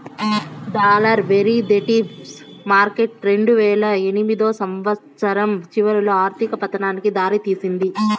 dollar derivatives market రెండువేల ఎనిమిదో సంవచ్చరం చివరిలో ఆర్థిక పతనానికి దారి తీసింది